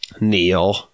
Neil